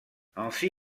ainsi